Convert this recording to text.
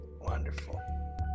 Wonderful